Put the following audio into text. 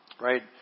Right